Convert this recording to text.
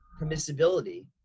permissibility